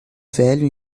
velho